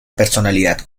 personalidad